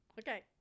Okay